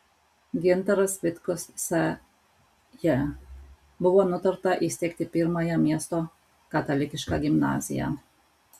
gintaras vitkus sj buvo nutarta įsteigti pirmąją miesto katalikišką gimnaziją